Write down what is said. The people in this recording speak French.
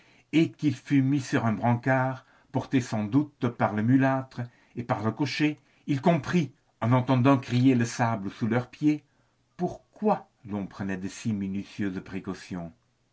et qu'il fut mis sur un brancard porté sans doute par le mulâtre et par le cocher il comprit en entendant crier le sable sous leurs pieds pourquoi l'on prenait de si minutieuses précautions